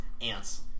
Ants